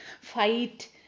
fight